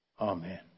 Amen